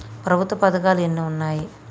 ప్రభుత్వ పథకాలు ఎన్ని ఉన్నాయి?